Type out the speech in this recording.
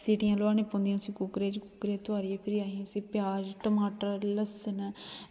सीटियां लोआनियां पौंदियां कुकरै च ते उसी तोआरियै ते प्याज़ टमाटर लस्सन